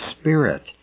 Spirit